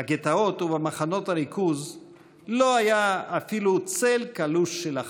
בגטאות ובמחנות הריכוז לא היה אפילו צל קלוש של אחווה.